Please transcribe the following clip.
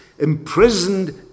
imprisoned